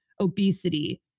obesity